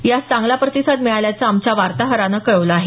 यास चांगला प्रतिसाद मिळाल्याचं आमच्या वार्ताहरानं कळवलं आहे